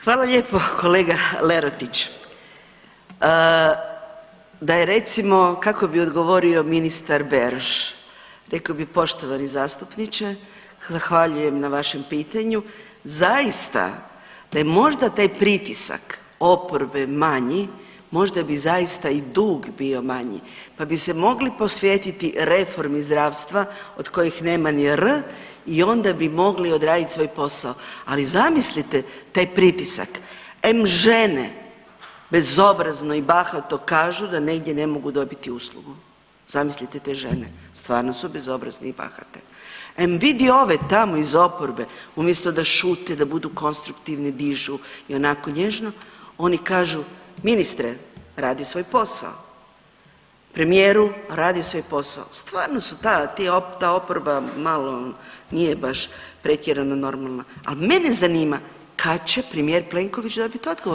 Hvala lijepo kolega Lerotić, da je recimo kako bi odgovorio ministar Beroš, rekao bi poštovani zastupniče zahvaljujem na vašem pitanju zaista da je možda taj pritisak oporbe manji možda bi zaista i dug bio manji pa bi se mogli posvetiti reformi zdravstva od kojih nema ni R i onda bi mogli odraditi svoj posao, ali zamislite taj pritisak em žene bezobrazno i bahato kažu da negdje ne mogu dobiti uslugu, zamislite te žene, stvarno su bezobrazne i bahate, em vidi ove tamo iz oporbe umjesto da šute, da budu konstruktivni, dižu i onako nježno oni kažu ministre radi svoj posao, premijeru radi svoj posao, stvarno su ta, ti, ta oporba malo nije baš pretjerano normalna, al mene zanima kad će premijer Plenković dobit odgovor od ministra Beroša?